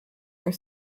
are